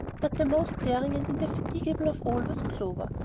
but the most daring and indefatigable of all was clover,